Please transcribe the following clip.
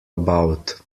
about